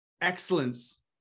excellence